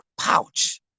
pouch